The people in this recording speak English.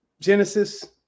Genesis